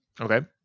Okay